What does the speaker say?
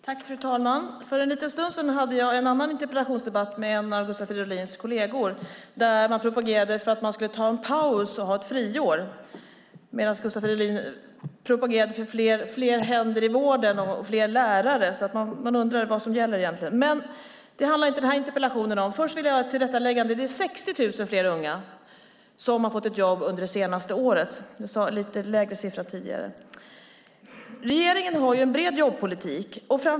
Fru talman! För en liten stund sedan hade jag en annan interpellationsdebatt med en av Gustav Fridolins kolleger där man propagerade för att man skulle ta en paus och ha ett friår medan Gustav Fridolin propagerade för fler händer i vården och fler lärare. Jag undrar vad som gäller egentligen. Men det handlar inte den här interpellationen om. Först vill jag göra ett tillrättaläggande. Det är 60 000 ungdomar som har fått ett jobb under det senaste året. Jag sade en lite lägre siffra tidigare. Regeringen har en bred jobbpolitik.